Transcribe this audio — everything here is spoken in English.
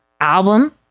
album